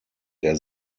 der